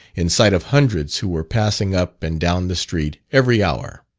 in sight of hundreds who were passing up and down the street every hour.